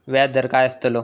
व्याज दर काय आस्तलो?